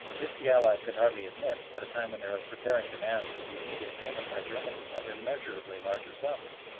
this the allies could hardly admit at a time when they were preparing demands for the immediate payment by germany of immeasurably larger sums.